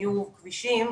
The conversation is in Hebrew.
ביוב וכבישים,